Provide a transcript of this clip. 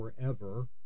forever